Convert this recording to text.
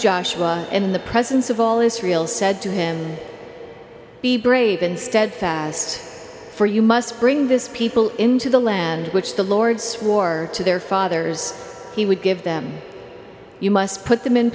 joshua in the presence of all israel said to him be brave and steadfast for you must bring this people into the land which the lord swore to their fathers he would give them you must put them in